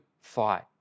fight